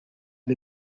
the